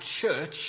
church